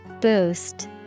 Boost